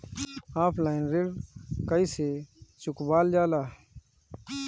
Offline ऋण कइसे चुकवाल जाला?